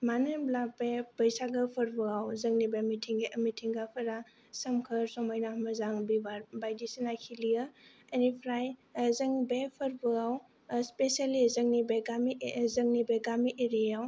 मानो होनोबोला बे बैसागो फोरबोयाव जोंनि बे मिथिंगाफोरा सोमखोर समायना मोजां बिबार बायदि सिना खिलियो बेनिफ्राइ जों बे फोरबोआव स्पेसिलि जोंनि बे गामि एरियाव